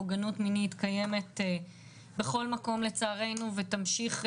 פוגענות מינית קיימת בכל מקום לצערנו ותמשיך,